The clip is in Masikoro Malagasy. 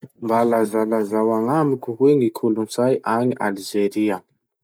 Mba lazalazao agnamiko hoe ny kolotsay any Alzeria?